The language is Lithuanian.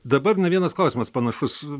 dabar ne vienas klausimas panašus